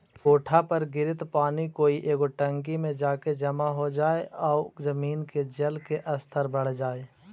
कोठा पर गिरित पानी कोई एगो टंकी में जाके जमा हो जाई आउ जमीन के जल के स्तर बढ़ जाई